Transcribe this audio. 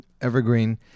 Evergreen